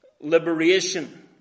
liberation